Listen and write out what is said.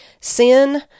Sin